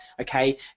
Okay